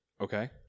Okay